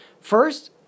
First